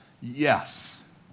Yes